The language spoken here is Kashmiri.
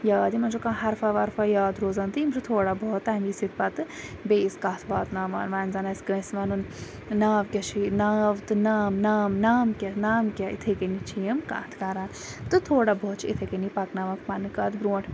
یاد یِمَن چھُ کانٛہہ حرفہ وَرفہ یاد روزان تہٕ یِم چھِ تھوڑا بہت تمے سۭتۍ پَتہٕ بیٚیِس کَتھ واتناوان وۄنۍ زَن آسہِ کٲنٛسہِ وَنُن ناو کیاہ چھُے ناو تہٕ نام نام نام کیاہ نام کیاہ یِتھے کنی چھِ یِم کَتھ کَران تہٕ تھوڑا بہت چھِ یِتھے کنی پَکناوان پَنٕنۍ کَتھ برونٛٹھ